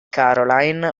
caroline